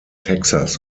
texas